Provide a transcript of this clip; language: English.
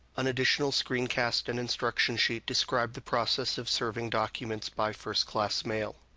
an additional screencast and instruction sheet described the process of serving documents by first-class mail.